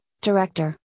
director